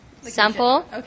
sample